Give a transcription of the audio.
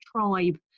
tribe